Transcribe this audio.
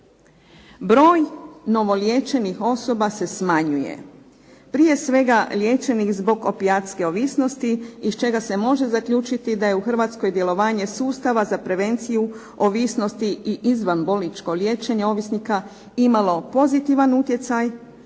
Broj novo liječenih osoba se smanjuje, prije svega liječenih zbog opijatske ovisnosti iz čega se može zaključiti da je u Hrvatskoj djelovanje sustava za prevenciju ovisnosti i izvan bolničko liječenje ovisnika imalo pozitivan utjecaj